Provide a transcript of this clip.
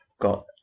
got